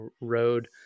road